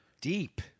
Deep